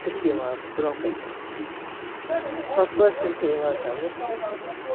سُہ چھِ یِوان برونٛہہ کَنہِ سَمٕجھ ہُتھ پٲٹھۍ چھِنہٕ سُہ یِوان سَمٕجھ